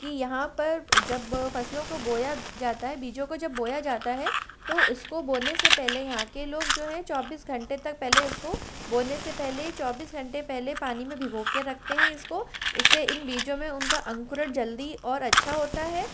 कि यहाँ पर जब फसलों को बोया जाता है बीजों को जब बोया जाता है तो उसको बोने से पहले यहाँ के लोग जो है चौबीस घंटे तक पहले उसको बोने से पहले चौबीस घंटे पहले पानी में भिगो के रखते हैं इसको इससे इन बीजों में उनका अंकुरण जल्दी और अच्छा होता है